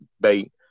bait